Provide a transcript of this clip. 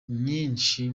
nyinshi